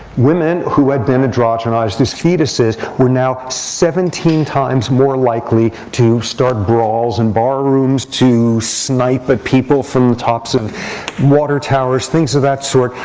women who had been androgenized as fetuses were now seventeen times more likely to start brawls in bar rooms, to snipe at people from the tops of water towers, things of that sort.